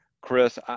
Chris